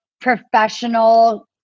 professional